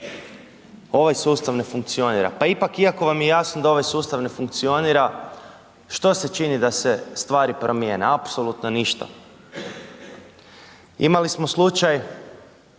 ovaj sustav ne funkcionira, pa ipak iako vam je jasno da ovaj sustav ne funkcionira, što se čini da se stvari promjene? Apsolutno ništa. Imali smo slučaj,